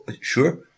sure